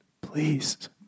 please